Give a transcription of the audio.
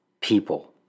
people